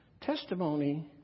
testimony